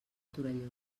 torelló